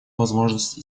возможность